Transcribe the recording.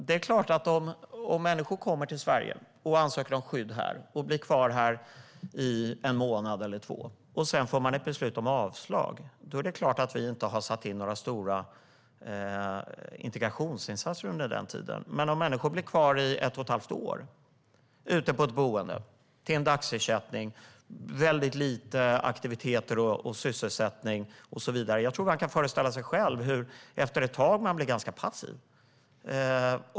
Om människor kommer till Sverige och ansöker om skydd här, blir kvar en månad eller två, och sedan får ett beslut om avslag är det klart att vi inte har satt in några stora integrationsinsatser under den tiden. Men detta gäller om människor blir kvar i ett och ett halvt år ute på ett boende med dagsersättning och med väldigt lite aktiviteter, sysselsättning, och så vidare. Jag tror att man kan föreställa sig det själv. Efter ett tag blir man ganska passiv.